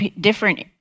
different